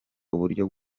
uburyo